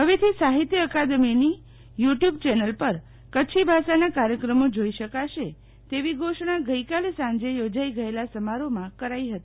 ફવેથી સાફિત્ય અકાદમીની YouTube channel પર કરછી ભાષાનાં કાર્યક્રમોત્જોઈ ્રશકાશે તેવી ઘોષણા ગઈકાલે સાંજે યોજાઈ ગયેલા સમારોહમાં કરાઈ હતી